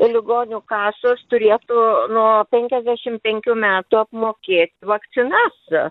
ligonių kasos turėtų nuo penkiasdešim penkių metų apmokėti vakcinas